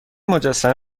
مجسمه